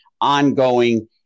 ongoing